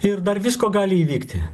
ir dar visko gali įvykti